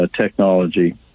technology